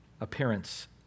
appearance